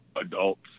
adults